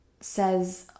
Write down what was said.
says